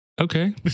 Okay